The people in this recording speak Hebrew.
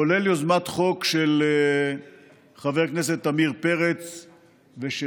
כולל יוזמת חוק של חבר הכנסת עמיר פרץ ושלי,